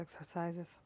exercises